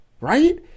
right